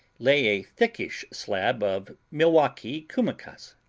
lay a thickish slab of milwaukee kummelkase,